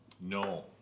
No